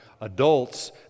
adults